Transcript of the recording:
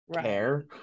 care